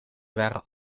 waren